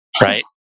right